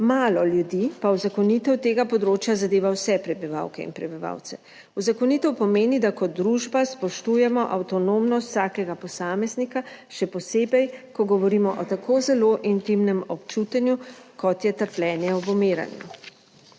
malo ljudi, pa uzakonitev tega področja zadeva vse prebivalke in prebivalce. Uzakonitev pomeni, da kot družba spoštujemo avtonomnost vsakega posameznika. Še posebej, ko govorimo o tako zelo intimnem občutenju, kot je trpljenje ob umiranju.